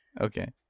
Okay